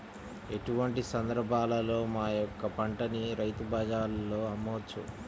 ఎటువంటి సందర్బాలలో మా యొక్క పంటని రైతు బజార్లలో అమ్మవచ్చు?